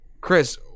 Chris